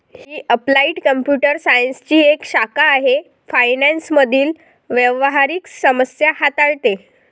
ही applied computer सायन्सची एक शाखा आहे फायनान्स मधील व्यावहारिक समस्या हाताळते